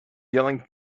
yelling